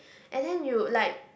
and then you like